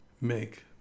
make